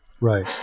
Right